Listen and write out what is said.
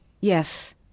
Yes